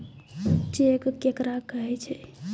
Cheque केकरा कहै छै?